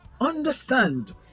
understand